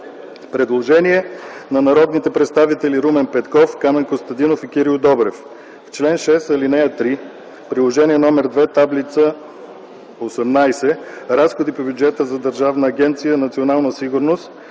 Предложение на народните представители Румен Петков, Камен Костадинов и Кирил Добрев: В чл. 6, ал. 3, Приложение № 2, Таблица ХVІІІ Разходи по бюджета на Държавна агенция „Национална сигурност”